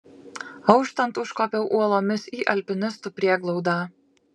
auštant užkopiau uolomis į alpinistų prieglaudą